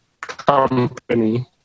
company